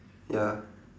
ya